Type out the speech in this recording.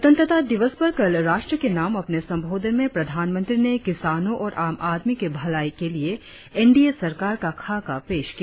स्वतंत्रता दिवस पर कल राष्ट्र के नाम अपने संबोधन में प्रधानमंत्री ने किसानों और आम आदमी की भलाई ले लिए एन डी ए सरकार का खाका पेश किया